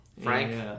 frank